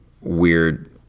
weird